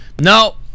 No